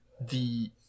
the-